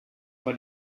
war